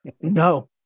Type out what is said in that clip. No